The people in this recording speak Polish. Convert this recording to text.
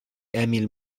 emil